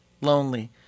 Lonely